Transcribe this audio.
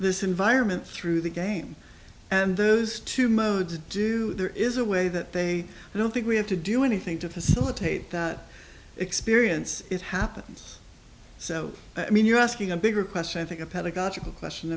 this environment through the game and those two modes do there is a way that they don't think we have to do anything to facilitate that experience it happens so i mean you're asking a bigger question i think a pedagogical question